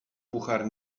puchar